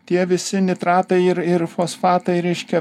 tie visi nitratai ir ir fosfatai reiškia